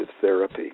therapy